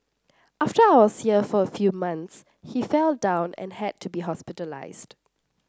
after I was here for a few months he fell down and had to be hospitalised